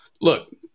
Look